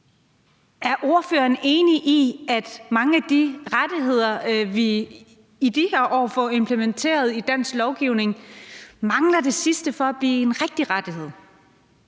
Er ordføreren enig i, at mange af de rettigheder, vi i de her år får implementeret i dansk lovgivning, mangler det sidste for at blive en rigtig rettighed?